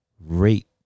rate